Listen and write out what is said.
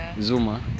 zuma